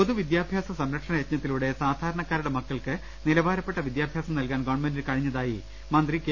പൊതുവിദ്യാഭ്യാസ സംരക്ഷണ യജ്ഞത്തിലൂടെ സാധാര ണക്കാരുടെ മക്കൾക്ക് നിലവാരപ്പെട്ട വിദ്യാഭ്യാസം നൽകാൻ ഗവൺമെന്റിന് കഴിഞ്ഞതായി മന്ത്രി കെ